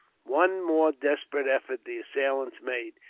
one more desperate effort the assailants made,